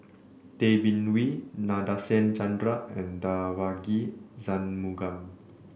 Tay Bin Wee Nadasen Chandra and Devagi Sanmugam